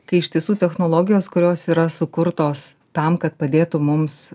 kai iš tiesų technologijos kurios yra sukurtos tam kad padėtų mums